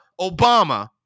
Obama